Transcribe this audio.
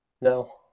No